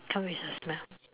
come with a smell